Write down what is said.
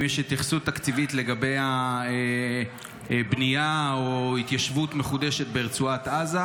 יש התייחסות תקציבית לגבי בנייה או התיישבות מחודשת ברצועת עזה?